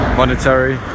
monetary